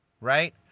right